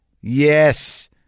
Yes